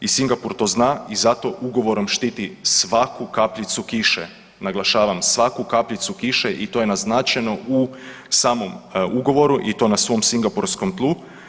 I Singapur to zna i zato ugovorom štiti svaku kapljicu kiše, naglašavam svaku kapljicu kiše i to je naznačeno u samom ugovoru i to na svom singapurskom tlu.